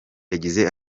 yagize